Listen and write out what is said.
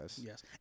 Yes